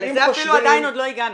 לזה אפילו עדיין עוד לא הגענו.